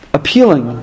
appealing